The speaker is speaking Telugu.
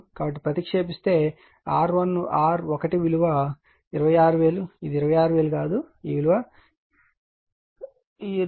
కాబట్టి ప్రతిక్షేపిస్తే చేస్తే ఇది R1 విలువ 26000 ఇది 26000 కాదు ఈ విలువ 261113